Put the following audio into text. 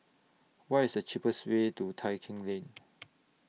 What IS The cheapest Way to Tai Keng Lane